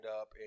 up